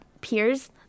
peers